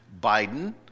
Biden